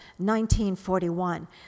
1941